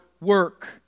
work